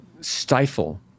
stifle